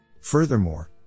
Furthermore